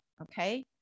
okay